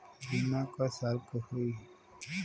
बीमा क साल क होई?